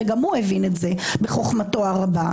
וגם הוא הבין את זה בחוכמתו הרבה.